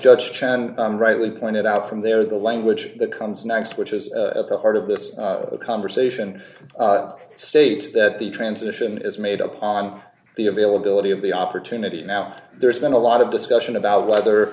judge chan rightly pointed out from there the language that comes next which is at the heart of this conversation states that the transition is made up on the availability of the opportunity now there's been a lot of discussion about whether